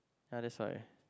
yeah that's why